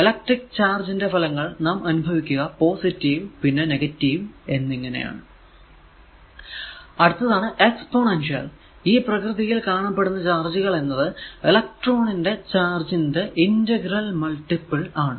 electric charge ന്റെ ഫലങ്ങൾ നാം അനുഭവിക്കുക പോസിറ്റീവ് പിന്നെ നെഗറ്റീവ് എന്നിങ്ങനെ ആണ് അടുത്താണ് എക്സ്പൊനെൻഷ്യൽ ഈ പ്രകൃതിയിൽ കാണപ്പെടുന്ന ചാർജുകൾ എന്നത് ഇലക്ട്രോൺ ന്റെ ചാർജ് ന്റെ ഇന്റഗ്രൽ മൾട്ടിപ്പിൾ ആണ്